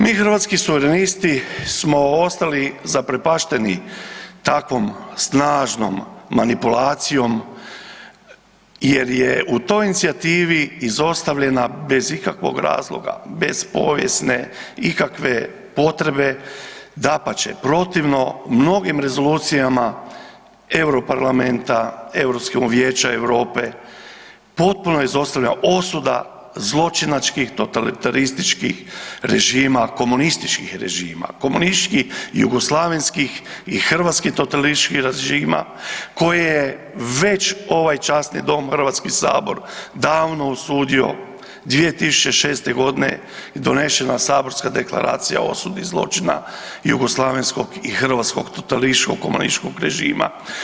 Mi Hrvatski suverenisti smo ostali zaprepašteni takvom snažnom manipulacijom jer je u toj inicijativi izostavljena bez ikakvog razloga, bez povijesne ikakve potrebe, dapače, protivno mnogih rezolucijama, EU parlamenta, EU vijeća EU, potpuno izostavlja osuda zločinačkih totalitarističkih režima, komunističkih režima, komunističkih, jugoslavenskih i hrvatski totalitarističkih režima, koje je već ovaj časni Dom, HS davno osudio 2006. g. donešena saborska Deklaracija o osudi zločina jugoslavenskog i hrvatskog totalitarističkog komunističkog režima.